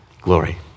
glory